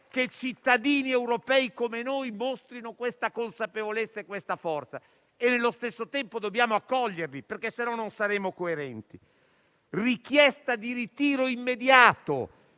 che cittadini europei come noi mostrino questa consapevolezza e questa forza e nello stesso tempo dobbiamo accoglierli, altrimenti non saremmo coerenti. Un altro punto